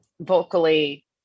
vocally